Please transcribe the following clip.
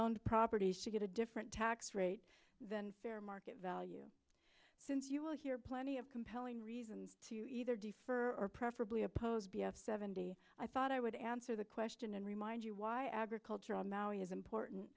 zoned properties to get a different tax rate than fair market value since you will hear plenty of compelling reason to either defer or preferably oppose b f seventy i thought i would answer the question and remind you why agriculture on maui is important